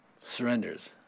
surrenders